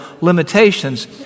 limitations